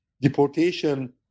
deportation